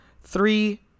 Three